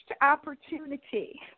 opportunity